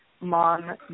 mom